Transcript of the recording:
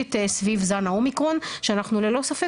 ספציפית סביב זן האומיקרון שאנחנו ללא ספק